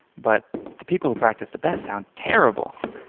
but the people who practice the best sound terrible.